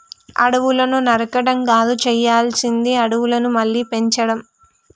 అడవులను నరకడం కాదు చేయాల్సింది అడవులను మళ్ళీ పెంచడం